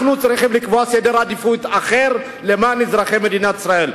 אנחנו צריכים לקבוע סדר עדיפויות אחר למען אזרחי מדינת ישראל.